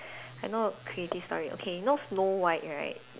I know a creative story okay you know Snow White right